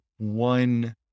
one